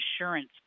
insurance